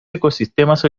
ecosistemas